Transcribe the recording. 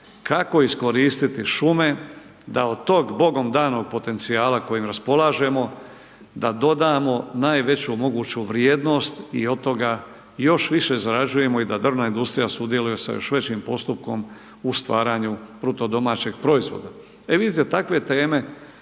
kako iskoristiti šume da od tog bogom danog potencijala kojim raspolažemo da dodamo najveću moguću vrijednost i od toga još više zarađujemo i da drvna industrija sudjeluje sa još većim postupkom u stvaranju bruto domaćeg proizvoda. E vidite takve teme